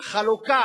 החלוקה,